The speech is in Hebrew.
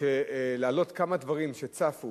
כמה דברים שצפו